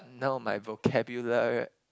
no my vocabulary